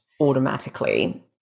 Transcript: automatically